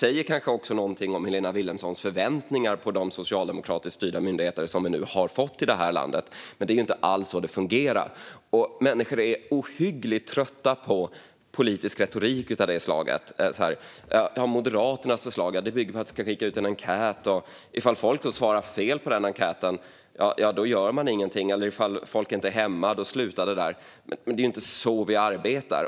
Men det kanske säger någonting om Helena Vilhelmssons förväntningar på de socialdemokratiskt styrda myndigheter som vi nu har fått i landet. Det är inte alls så det fungerar. Människor är också ohyggligt trötta på politisk retorik av det slag som låter ungefär som att Moderaternas förslag skulle bygga på att vi ska skicka ut en enkät, och ifall folk då svarar fel på den gör man ingenting, och om folk inte är hemma när man knackar på slutar det där. Det är inte så vi arbetar.